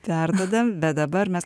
perduodam bet dabar mes